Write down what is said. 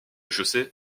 chaussée